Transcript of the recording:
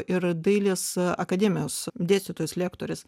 ir dailės akademijos dėstytojos lektorės